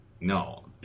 No